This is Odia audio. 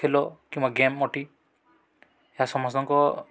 ଖେଳ କିମ୍ବା ଗେମ୍ ଅଟେ ଏହା ସମସ୍ତଙ୍କ